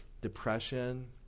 depression